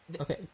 okay